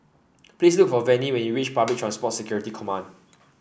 please look for Venie when you reach Public Transport Security Command